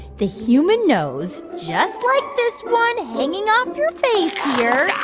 the human nose, just like this one hanging off your face here. ah.